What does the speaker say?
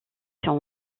sont